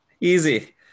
easy